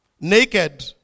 Naked